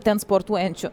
ten sportuojančių